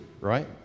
right